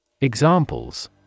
Examples